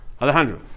Alejandro